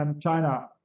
China